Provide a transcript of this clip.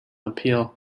appeal